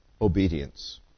obedience